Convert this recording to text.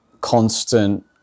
constant